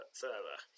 further